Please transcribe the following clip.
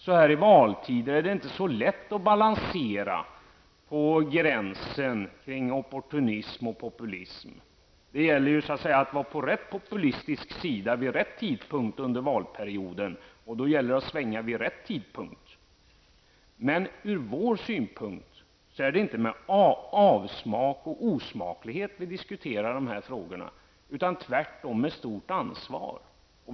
Så här i valtider är det inte så lätt att balansera på gränsen kring opportunism och populism. Det gäller att vara på rätt populistisk sida vid rätt tidpunkt under valperioden. Det gäller att svänga vid rätt tidpunkt. Men från vår synpunkt är det inte med avsmak och osmaklighet vi diskuterar dessa frågor. Tvärtom är det med stort ansvar.